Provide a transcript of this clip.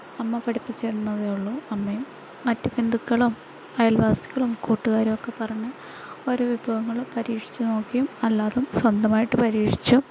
അമ്മ പഠിപ്പിച്ചു തന്നതേയുള്ളൂ അമ്മയും മറ്റു ബന്ധുക്കളും അയൽവാസികളും കൂട്ടുകാരും ഒക്കെ പറഞ്ഞ് ഓരോ വിഭവങ്ങളും പരീക്ഷിച്ചു നോക്കിയും അല്ലാതെയും സ്വന്തമായിട്ട് പരീക്ഷിച്ചു